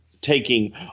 taking